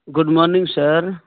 good morning sir